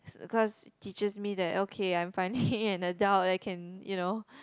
it's cause teaches me that okay I'm finally an adult I can you know